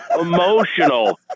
emotional